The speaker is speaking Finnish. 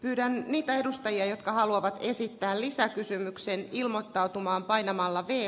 heidän itä edustajia jotka haluavat esittää lisää kysymykseen ilmoittautumaan painamalla tee